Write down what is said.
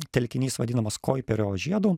telkinys vadinamas koiperio žiedu